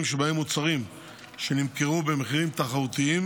שבהם מוצרים שנמכרו במחירים תחרותיים,